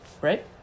right